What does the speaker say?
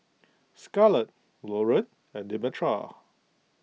Scarlett Loren and Demetra